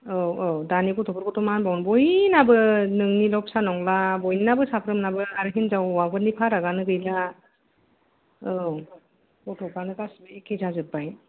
औ औ दानि गथ'फोरखौथ' मा होनबावनो बयनाबो नोंनिल' फिसा नंला बयनाबो साफ्रोमनाबो आर हिनजाव हौवाफोरनि फारागानो गैला औ गथ'फ्रानो गासिबो एखे जाजोब्बाय